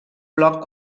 bloc